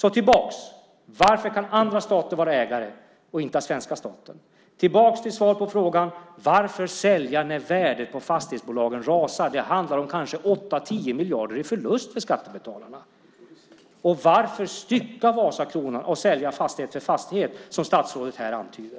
Återigen: Varför kan andra stater vara ägare men inte den svenska staten? Varför sälja när värdet på fastighetsbolagen rasar? Det handlar om 8-10 miljarder i förlust för skattebetalarna. Och varför stycka Vasakronan och sälja fastighet för fastighet, som statsrådet antyder?